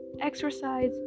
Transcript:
Exercise